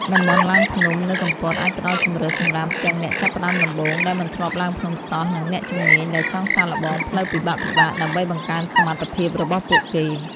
តំបន់ឡើងភ្នំនៅកំពតអាចផ្ដល់ជម្រើសសម្រាប់ទាំងអ្នកចាប់ផ្តើមដំបូងដែលមិនធ្លាប់ឡើងភ្នំសោះ និងអ្នកជំនាញដែលចង់សាកល្បងផ្លូវពិបាកៗដើម្បីបង្កើនសមត្ថភាពរបស់ពួកគេ។